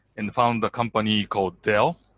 and found a company called dell.